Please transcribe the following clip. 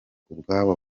ubwabo